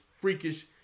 freakish